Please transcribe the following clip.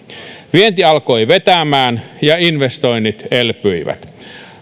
vienti alkoi vetämään ja investoinnit elpyivät